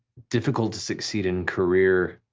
difficult to succeed in career,